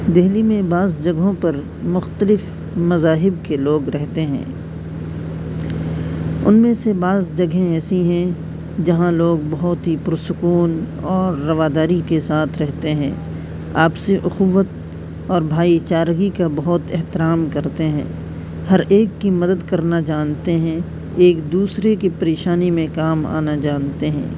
دہلی میں بعض جگہوں پر مختلف مذاہب کے لوگ رہتے ہیں ان میں سے بعض جگہیں ایسی ہیں جہاں لوگ بہت ہی پرسکون اور رواداری کے ساتھ رہتے ہیں آپسی اخوت اور بھائی چارگی کا بہت احترام کرتے ہیں ہر ایک کی مدد کرنا جانتے ہیں ایک دوسرے کی پریشانی میں کام آنا جانتے ہیں